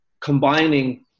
combining